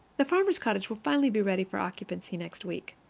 the farmer's cottage will finally be ready for occupancy next week.